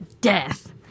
death